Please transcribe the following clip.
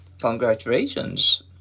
congratulations